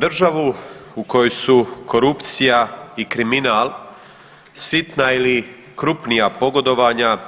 Za državu u kojoj su korupcija i kriminal sitna ili krupnija pogodovanja,